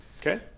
Okay